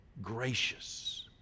gracious